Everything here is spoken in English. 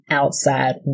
outside